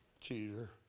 cheater